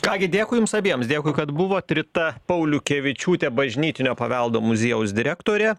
ką gi dėkui jums abiems dėkui kad buvot rita pauliukevičiūtė bažnytinio paveldo muziejaus direktorė